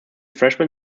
freshman